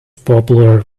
popular